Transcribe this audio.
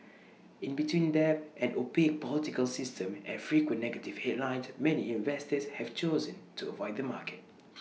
in between debt an opaque political system and frequent negative headlines many investors have chosen to avoid the market